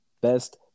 best